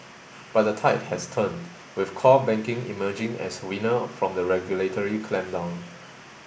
but the tide has turned with core banking emerging as winner from the regulatory clampdown